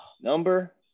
number